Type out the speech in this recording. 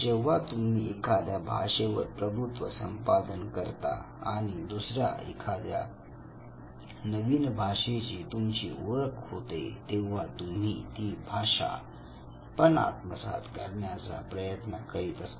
जेव्हा तुम्ही एखाद्या भाषेवर प्रभुत्व संपादन करता आणि दुसऱ्या एखाद्या नवीन भाषेशी तुमची ओळख होते तेव्हा तुम्ही ती भाषा पण आत्मसात करण्याचा प्रयत्न करता